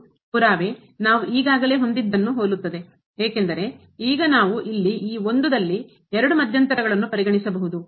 ಮತ್ತು ಪುರಾವೆ ನಾವು ಈಗಾಗಲೇ ಹೊಂದಿದ್ದನ್ನು ಹೋಲುತ್ತದೆ ಏಕೆಂದರೆ ಈಗ ನಾವು ಇಲ್ಲಿ ಈ I ದಲ್ಲಿ ಎರಡು ಮಧ್ಯಂತರಗಳನ್ನು ಪರಿಗಣಿಸಬಹುದು